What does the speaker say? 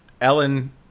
Ellen